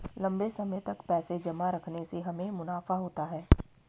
लंबे समय तक पैसे जमा रखने से हमें मुनाफा होता है